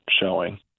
showing